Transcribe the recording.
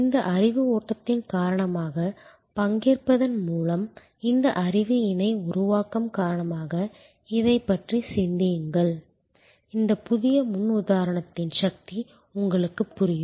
இந்த அறிவு ஓட்டத்தின் காரணமாக பங்கேற்பதன் மூலம் இந்த அறிவு இணை உருவாக்கம் காரணமாக இதைப் பற்றி சிந்தியுங்கள் இந்த புதிய முன்னுதாரணத்தின் சக்தி உங்களுக்குப் புரியும்